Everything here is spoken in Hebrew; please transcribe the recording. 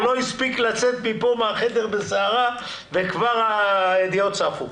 הוא לא הספיק לצאת מהחדר בסערה וכבר הידיעות צפו.